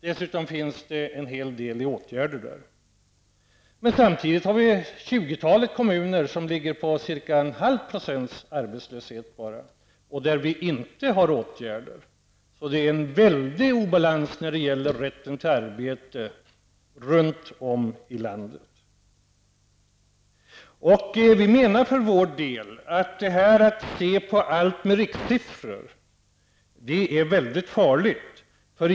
Dessutom finns det där en hel del människor i arbetsmarknadsåtgärder. Men samtidigt har vi tjugotalet kommuner som ligger på bara ca halv procent arbetslöshet och där vi inte har människor i arbetsmarknadsåtgärder. Det är alltså en väldig obalans när det gäller rätten till arbete runt om i landet. Vi menar för vår del att det är farligt att bedöma allt med utgångspunkt i rikssiffror.